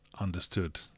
understood